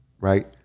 right